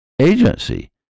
Agency